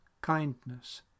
Kindness